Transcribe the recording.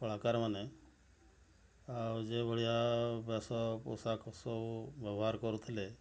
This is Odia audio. କଳାକାର ମାନେ ଆଉ ଯେଉଁଭଳିଆ ବେଶ ପୋଷାକ ସବୁ ବ୍ୟବହାର କରୁଥିଲେ